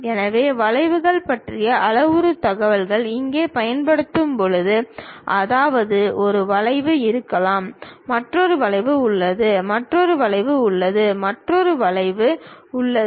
எனவே வளைவுகளைப் பற்றிய அளவுரு தகவல் எங்கே பயன்படுத்துவோம் அதாவது ஒரு வளைவு இருக்கலாம் மற்றொரு வளைவு உள்ளது மற்றொரு வளைவு உள்ளது மற்றொரு வளைவு உள்ளது